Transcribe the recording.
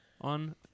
on